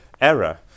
error